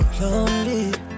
lonely